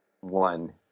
one